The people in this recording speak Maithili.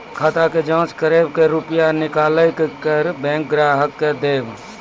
खाता के जाँच करेब के रुपिया निकैलक करऽ बैंक ग्राहक के देब?